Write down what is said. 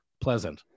pleasant